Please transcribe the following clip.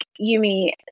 Yumi